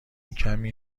کمی